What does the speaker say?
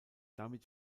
damit